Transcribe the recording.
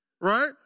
right